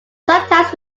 sometimes